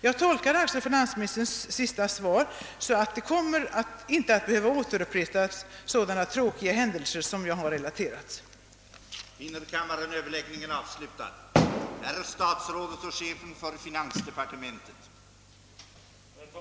Jag tolkar alltså finansministerns senaste anförande så, att sådana tråkiga händelser som jag har relaterat inte behöver upprepas.